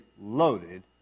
loaded